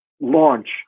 launch